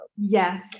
yes